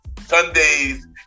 Sundays